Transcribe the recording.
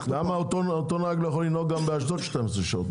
למה אותו נהג לא יכול לנהוג גם באשדוד 12 שעות?